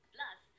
Plus